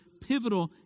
pivotal